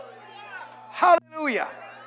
Hallelujah